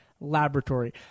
laboratory